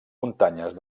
muntanyes